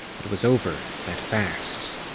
it was over, that fast.